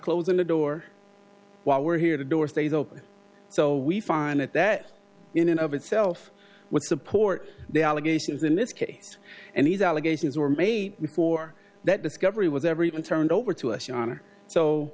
closing the door while we're here the door stays open so we find it that in and of itself would support the allegations in this case and these allegations were made before that discovery was ever even turned over to us